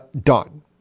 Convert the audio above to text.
done